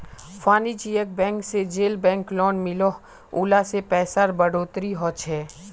वानिज्ज्यिक बैंक से जेल बैंक लोन मिलोह उला से पैसार बढ़ोतरी होछे